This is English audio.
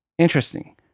interesting